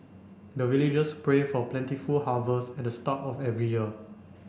the villagers pray for plentiful harvest at the start of every year